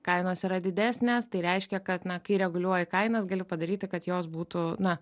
kainos yra didesnės tai reiškia kad na kai reguliuoji kainas gali padaryti kad jos būtų na